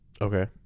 Okay